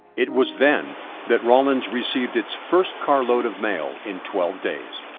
it was then that rawlins received its first carload of mail in twelve days.